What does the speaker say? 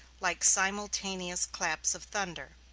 like simultaneous claps of thunder.